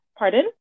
Pardon